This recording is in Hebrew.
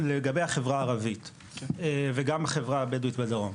לגבי החברה הערבית וגם החברה הבדואית בדרום,